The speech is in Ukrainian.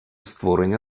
створення